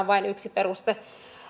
vain yksi peruste